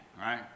right